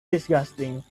disgusting